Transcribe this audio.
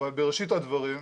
אבל בראשית הדברים,